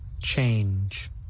Change